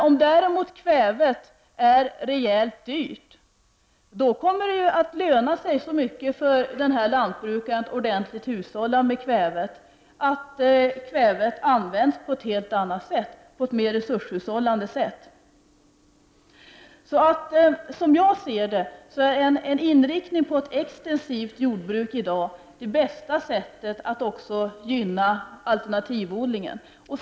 Om däremot kvävet är rejält dyrt kommer det för lantbrukaren att löna sig så mycket att ordentligt hushålla med kväve att kvävet då används på ett helt annat sätt, på ett mer resurshushållande sätt. Som jag ser det är en inriktning på ett extensivt jordbruk i dag det bästa sättet att också gynna alternativodlingen.